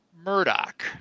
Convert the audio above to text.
Murdoch